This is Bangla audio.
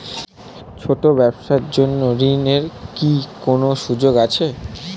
ছোট ব্যবসার জন্য ঋণ এর কি কোন সুযোগ আছে?